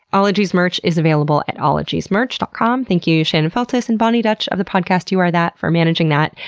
ologies merch is available at ologiesmerch dot com. thank you, shannon feltus, and boni dutch of the podcast you are that for managing that.